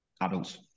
adults